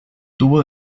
tuvo